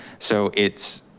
so it's,